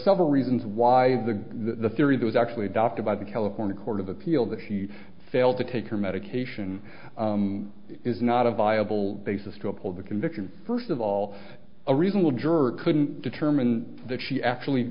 reasons why the the theory that was actually adopted by the california court of appeal that she failed to take her medication is not a viable basis to uphold the conviction first of all a reasonable juror couldn't determine that she actually